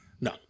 No